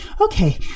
okay